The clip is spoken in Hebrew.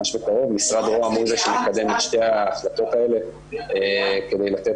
משרד רוה"מ הוא זה שמקדם את שתי ההחלטות האלה כדי לתת